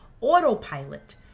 autopilot